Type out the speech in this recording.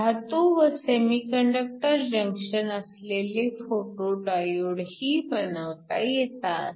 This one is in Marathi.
धातू व सेमीकंडक्टर जंक्शन असलेले फोटो डायोडही बनवता येतात